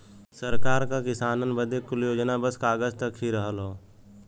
सरकार क किसानन बदे कुल योजना बस कागज तक ही रहल हौ